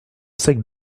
sec